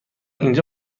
اینجا